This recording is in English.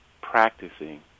practicing